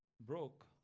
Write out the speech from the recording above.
Broke